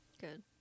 good